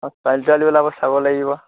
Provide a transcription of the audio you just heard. অঁ ছোৱালী তোৱালী ওলাব চাব লাগিব